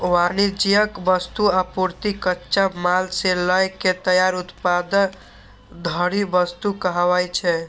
वाणिज्यिक वस्तु, आपूर्ति, कच्चा माल सं लए के तैयार उत्पाद धरि वस्तु कहाबै छै